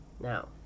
Now